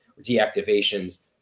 deactivations